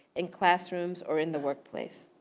in classrooms or in the workplace.